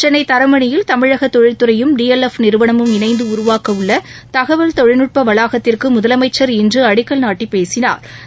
சென்னை தரமணியில் தமிழக தொழில்துறையும் டி எல் எப் நிறுவனமும் இணைந்து உருவாக்க உள்ள தகவல் தொழில்நுட்ப வளாகத்திற்கு முதலமைச்சா் இன்று அடிக்கல் நாட்டி பேசினாா்